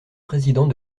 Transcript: président